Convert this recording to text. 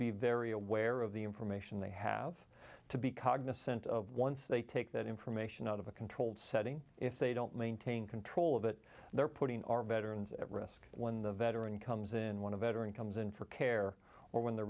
be very aware of the information they have to be cognizant of once they take that information out of a controlled setting if they don't maintain control of it they're putting our veterans at risk when the veteran comes in when a veteran comes in for care or when they're